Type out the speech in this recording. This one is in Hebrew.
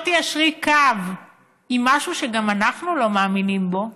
תיישרי קו עם משהו שגם אנחנו לא מאמינים בו,